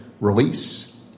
Release